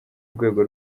rwego